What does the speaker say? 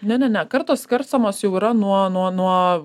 ne ne ne kartos skirstomos jau yra nuo nuo nuo